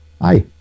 Hi